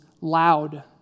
loud